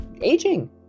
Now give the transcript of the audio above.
aging